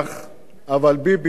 אבל ביבי לא יודע לקיים.